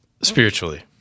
Spiritually